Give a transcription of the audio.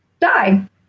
die